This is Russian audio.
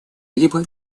либо